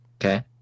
Okay